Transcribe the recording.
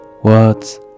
Words